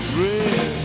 red